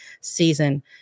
season